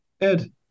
Ed